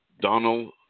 Donald